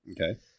Okay